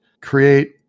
create